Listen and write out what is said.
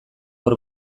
hor